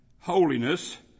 holiness